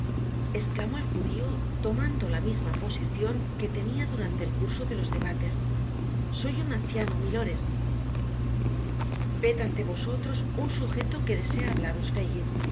esclamó el judio tomando la misma posicion que tenia durante el curso ds los debates r soy un anciano milores ved ante vos á un sujeto que desea hablaros